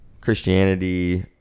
Christianity